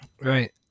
Right